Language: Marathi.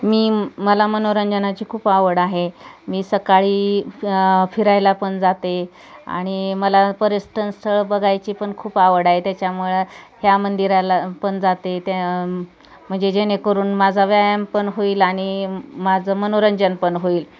मी मला मनोरंजनाची खूप आवड आहे मी सकाळी फिरायला पण जाते आणि मला पर्यटन स्थळ बघायची पण खूप आवड आहे त्याच्यामुळे ह्या मंदिराला पण जाते त्या म्हणजे जेणेकरून माझा व्यायाम पण होईल आणि माझं मनोरंजन पण होईल